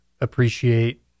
appreciate